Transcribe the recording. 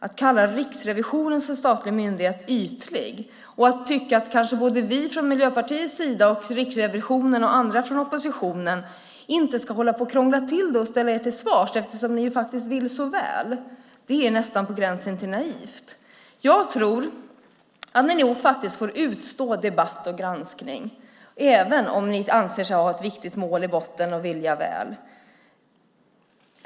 Att kalla Riksrevisionen som statlig myndighet ytlig och tycka att vi från Miljöpartiets sida, Riksrevisionen och andra från oppositionen inte ska hålla på att krångla till det och ställa er till svars eftersom ni faktiskt vill så väl är nästan på gränsen till naivt. Ni får faktiskt utstå debatt och granskning, även om ni anser er ha ett viktigt mål i botten och vilja väl.